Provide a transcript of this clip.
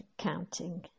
counting